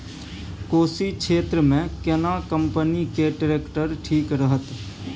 कोशी क्षेत्र मे केना कंपनी के ट्रैक्टर ठीक रहत?